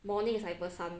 morning is hyper son